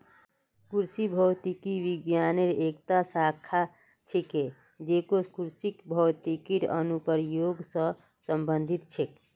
कृषि भौतिकी विज्ञानेर एकता शाखा छिके जेको कृषित भौतिकीर अनुप्रयोग स संबंधित छेक